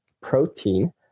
protein